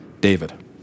David